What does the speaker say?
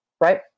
right